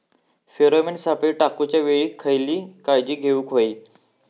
Pheromone सापळे टाकूच्या वेळी खयली काळजी घेवूक व्हयी?